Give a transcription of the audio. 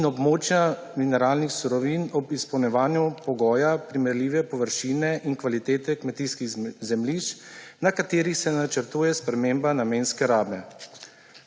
in območja mineralnih surovin ob izpolnjevanju pogoja primerljive površine in kvalitete kmetijskih zemljišč, na katerih se načrtuje sprememba namenske rabe.